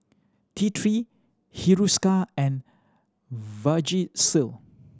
T Three Hiruscar and Vagisil